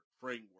framework